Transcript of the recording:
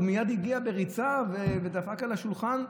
הוא מייד הגיע בריצה ודפק על השולחן.